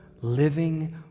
living